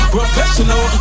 Professional